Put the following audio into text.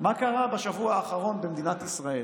מה קרה בשבוע האחרון במדינת ישראל.